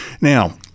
Now